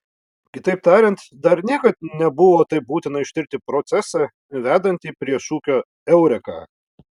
kitaip tariant dar niekad nebuvo taip būtina ištirti procesą vedantį prie šūkio eureka